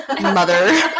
mother